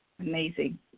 amazing